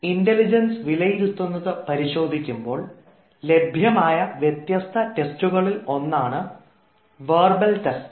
intelligence വിലയിരുത്തുന്നത് പരിശോധിക്കുമ്പോൾ ലഭ്യമായ വ്യത്യസ്ത ടെസ്റ്റുകളിൽ ഒന്നാണ് വെർബൽ ടെസ്റ്റ്